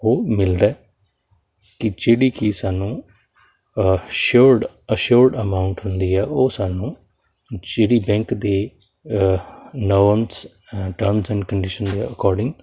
ਉਹ ਮਿਲਦਾ ਹੈ ਕਿ ਜਿਹੜੀ ਕਿ ਸਾਨੂੰ ਸ਼ੋਰਡ ਅਸ਼ੋਅਰਡ ਅਮਾਊਂਟ ਹੁੰਦੀ ਹੈ ਉਹ ਸਾਨੂੰ ਜਿਹੜੀ ਬੈਂਕ ਦੇ ਨੋਨਸ ਟਰਮਸ ਐਂਡ ਕੰਡੀਸ਼ਨ ਦੇ ਅਕੋਰਡਿੰਗ